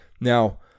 Now